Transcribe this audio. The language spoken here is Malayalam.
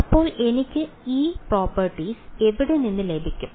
അപ്പോൾ എനിക്ക് ഈ പ്രോപ്പർട്ടികൾ എവിടെ നിന്ന് ലഭിക്കും